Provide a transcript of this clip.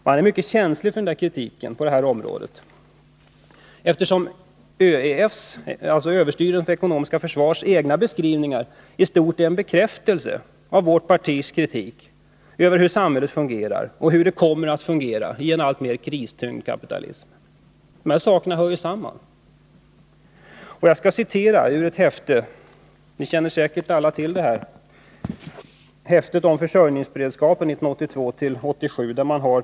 Man är mycket känslig för kritik på detta område, eftersom ÖEF:s egna beskrivningar i stort är en bekräftelse av vårt partis kritik över hur samhället fungerar och hur det kommer att fungera i en alltmer kristyngd kapitalism. Dessa saker hör samman. Jag skall citera ur ett häfte om försörjningsberedskapen 1982-1987, som kammarens ledamöter säkert känner till.